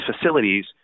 facilities